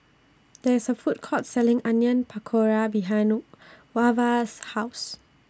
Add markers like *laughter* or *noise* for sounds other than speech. There IS A Food Court Selling Onion Pakora behind *noise* Wava's *noise* House